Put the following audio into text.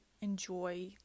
enjoy